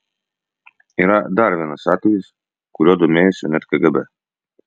yra dar vienas atvejis kuriuo domėjosi net kgb